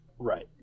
right